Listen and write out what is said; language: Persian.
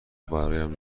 برایم